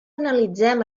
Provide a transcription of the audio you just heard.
analitzem